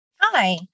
Hi